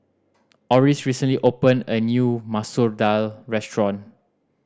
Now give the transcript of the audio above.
Oris recently opened a new Masoor Dal restaurant